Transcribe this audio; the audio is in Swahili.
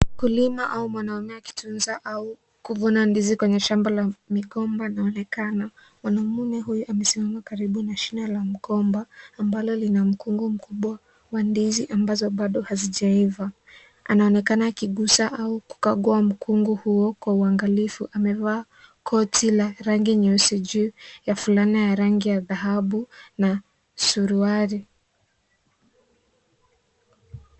Mkulima au mwanamume akitunza au kuvuna ndizi kwenye shamba la migomba anaonekana. Mwanamume huyu amesimama karibu na shine la mgomba ambalo lina mkungu mkubwa wa ndizi ambazo bado hazijaiva. Anaonekana akigusa au kukagua mkungu huo kwa uangalifu. Amevaa koti la rangi nyeusi juu ya fulana ya rangi ya dhahabu na suruali.